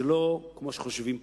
זה לא פשוט כמו שחושבים.